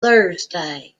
thursday